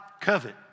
covet